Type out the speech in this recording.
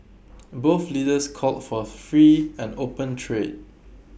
both leaders called for free and open trade